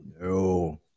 no